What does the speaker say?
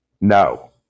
No